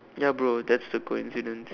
ya bro that's the coincidence